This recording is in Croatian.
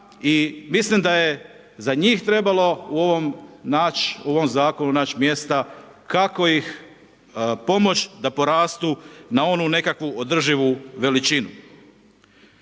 mislim da je za njih trebalo u ovom Zakonu naći mjesta kako ih pomoć da porastu na onu nekakvu održivu veličinu.